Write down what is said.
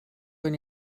when